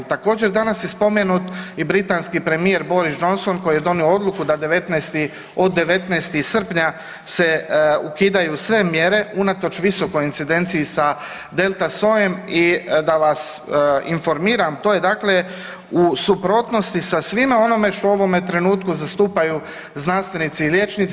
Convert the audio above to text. Također, danas je spomenut i britanski premijer Boris Johnson koji je donio odluku da 19, od 19. srpnja se ukidaju sve mjere unatoč visokoj incidenciji sa Delta sojem i da vas informiram, to je dakle u suprotnosti sa svima onome što u ovome trenutku zastupanju znanstveni i liječnici.